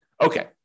Okay